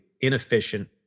inefficient